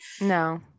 No